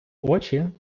очі